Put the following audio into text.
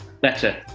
Better